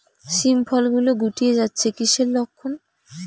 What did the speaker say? শিম ফল গুলো গুটিয়ে যাচ্ছে কিসের লক্ষন?